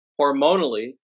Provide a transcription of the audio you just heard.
hormonally